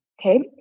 Okay